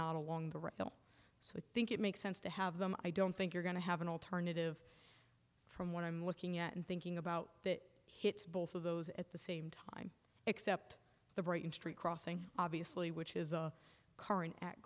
not along the rail so i think it makes sense to have them i don't think you're going to have an alternative from what i'm looking at and thinking about it hits both of those at the same time except the brighton street crossing obviously which is a current